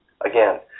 again